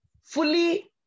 fully